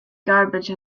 garbage